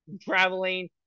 traveling